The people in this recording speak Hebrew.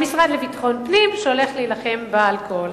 המשרד לביטחון פנים שהולך להילחם באלכוהול.